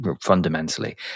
fundamentally